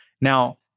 Now